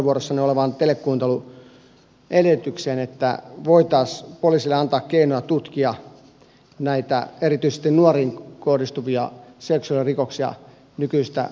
esimerkiksi tässä puheenvuorossani olevaan telekuunteluedellytykseen voitaisiin poliisille antaa keinoja tutkia näitä erityisesti nuoriin kohdistuvia seksuaalirikoksia nykyistä paremmin